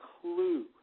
clue